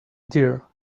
dear